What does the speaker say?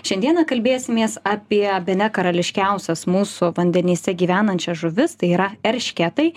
šiandieną kalbėsimės apie bene karališkiausias mūsų vandenyse gyvenančias žuvis tai yra eršketai